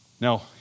Now